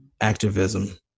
activism